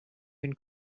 این